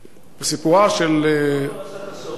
זו לא פרשת השבוע.